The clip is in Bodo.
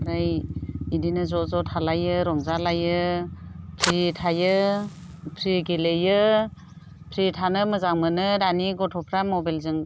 ओमफ्राय बेदिनो ज' ज' थालायो रंजालायो फ्रि थायो फ्रि गेलेयो फ्रि थानो मोजां मोनो दानि गथ'फ्रा मबाइलजों